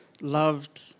loved